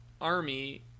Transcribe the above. Army